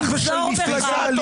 תחזור בך.